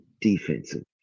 defensive